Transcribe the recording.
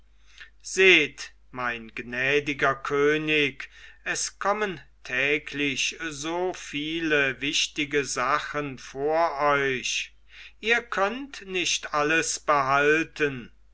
seht mein gnädiger könig es kommen täglich so viele wichtige sachen vor euch ihr könnt nicht alles behalten